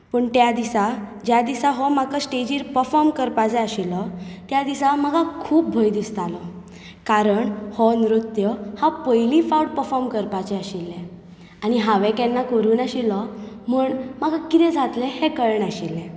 पूण त्या दिसा ज्या दिसा हो म्हाका स्टेजीर परफॉर्म करपाक जाय आशिल्लो तेन्ना म्हाका खूब भंय दिसतालो कारण हो नृत्य हांव पयलीं फावट परफॉर्म करपाचें आशिल्लें आनी हांवें केन्नाच करूं नाशिल्लो म्हणून म्हाका कितें जातलें हें कळनाशिल्लें